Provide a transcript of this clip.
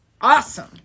awesome